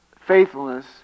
faithfulness